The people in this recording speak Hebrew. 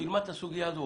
את הסוגיה הזו.